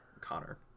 Connor